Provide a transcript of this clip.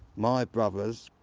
my brothers,